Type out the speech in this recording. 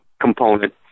component